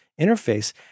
interface